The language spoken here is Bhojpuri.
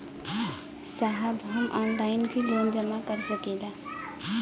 साहब हम ऑनलाइन भी लोन जमा कर सकीला?